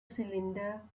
cylinder